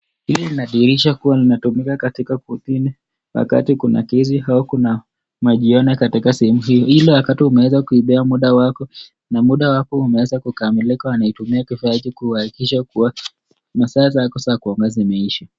Hii inadhihirisha kuwa linatumika katika kotini wakati kuna kesi au kuna majiona katika sehemu hiyo, ili wakati umepewa muda wako na muda wako umekamilika wanatumia kifaa hiki kuhakikisha kuwa masaa zako za kuongea umeisha.